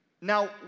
Now